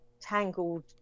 tangled